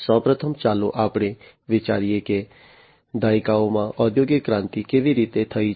સૌ પ્રથમ ચાલો આપણે વિચારીએ કે દાયકાઓમાં ઔદ્યોગિક ક્રાંતિ કેવી રીતે થઈ છે